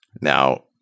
Now